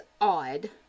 odd